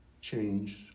changed